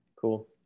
Cool